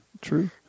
True